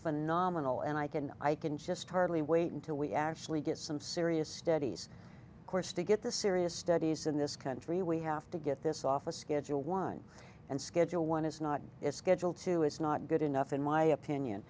phenomenal and i can i can just hardly wait until we actually get some serious studies course to get the serious studies in this country we have to get this off a schedule one and schedule one is not a schedule two is not good enough in my opinion